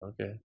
okay